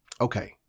okay